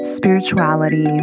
spirituality